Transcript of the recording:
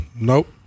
Nope